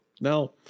No